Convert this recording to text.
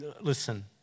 Listen